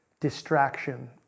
Distraction